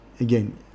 again